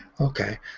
Okay